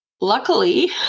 luckily